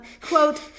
Quote